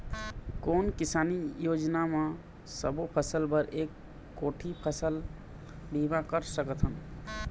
कोन किसानी योजना म सबों फ़सल बर एक कोठी फ़सल बीमा कर सकथन?